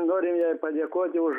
norim jai padėkoti už